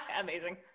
Amazing